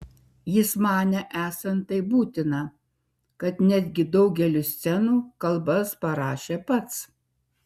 jis manė esant taip būtina kad netgi daugeliui scenų kalbas parašė pats